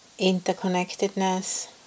interconnectedness